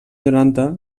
noranta